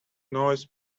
noise